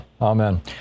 Amen